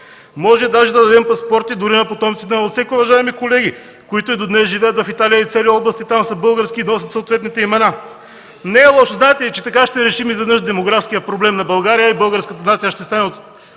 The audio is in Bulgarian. Даже можем да дадем паспорти дори на потомците на Алцек, уважаеми колеги, които и до днес живеят в Италия. Цели области там са български и носят съответните имена! Не е лошо! Знаете ли, че така ще решим изведнъж демографския проблем на България и българската нация ще стане около